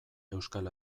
euskal